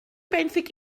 benthyg